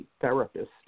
therapist